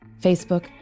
Facebook